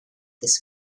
this